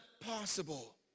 possible